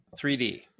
3D